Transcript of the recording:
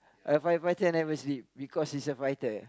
a firefighter never sleep because he's a fighter